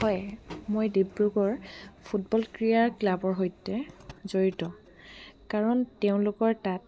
হয় মই ডিব্ৰুগড় ফুটবল ক্ৰীড়া ক্লাবৰ সৈতে জড়িত কাৰণ তেওঁলোকৰ তাত